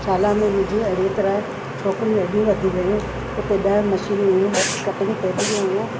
शाला में मुंहिंजूं अहिड़ी तरह छोकिरियूं ऐॾियूं वधी वयूं हुते ॾह मशीनूं हुयूं बट कटिंग टेबलियूं हुयूं